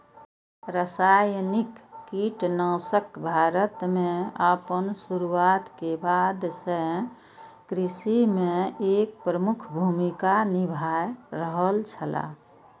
रासायनिक कीटनाशक भारत में आपन शुरुआत के बाद से कृषि में एक प्रमुख भूमिका निभाय रहल छला